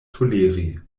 toleri